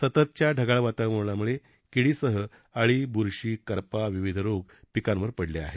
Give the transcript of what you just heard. सततच्या ढगाळ वातावरणामुळे किडीसह अळी बुरशी करपा विविध रोग पिकांवर पडले आहेत